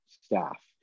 staff